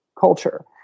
culture